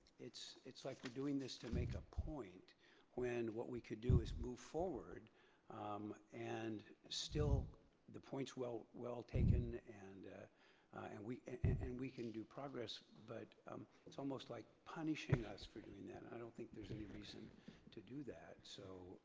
it's it's like we're doing this to make a point when what we could do is move forward um and still the point's well well taken and and we and we can do progress but it's almost like punishing us for doing that and i don't think there's any reason to do that. so